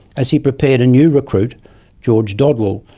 as he prepared a new recruit george dodwell,